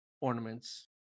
ornaments